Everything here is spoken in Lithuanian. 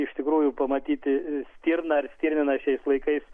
iš tikrųjų pamatyti stirną ar kirminą šiais laikais